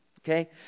okay